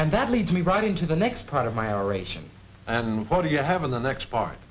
and that leads me right into the next part of my r ation what do you have in the next part